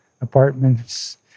apartments